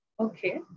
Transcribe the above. okay